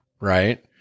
right